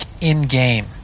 in-game –